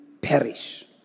perish